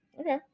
Okay